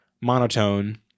monotone